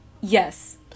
Yes